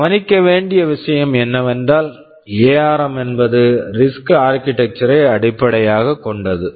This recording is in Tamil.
கவனிக்க வேண்டிய விஷயம் என்னவென்றால் எஆர்ம் ARM என்பது ரிஸ்க் ஆர்க்கிடெக்சர் RISC architecture -ஐ அடிப்படையாகக் கொண்டது